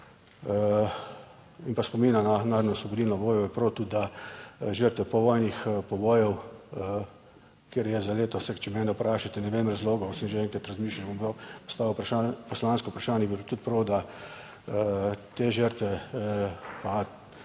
in pa spomina na narodnoosvobodilno boj, je prav tudi, da žrtve povojnih pobojev, kjer je za leto / nerazumljivo/, če mene vprašate, ne vem razlogov, sem že enkrat razmišljal, bom postavil vprašanje, poslansko vprašanje, bi bilo tudi prav, da te žrtve pa